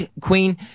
Queen